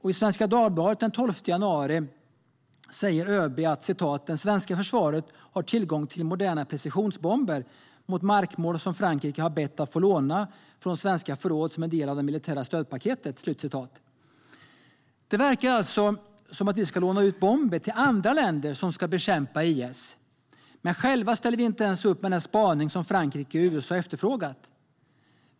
I Svenska Dagbladet den 12 januari säger ÖB att det svenska försvaret har tillgång till moderna precisionsbomber mot markmål som Frankrike har bett att få låna från svenska förråd som en del av det militära stödpaketet. Det verkar alltså som om vi ska låna ut bomber till andra länder som ska bekämpa IS. Men själva ställer vi inte ens upp med den spaning som Frankrike och USA efterfrågat.